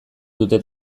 dute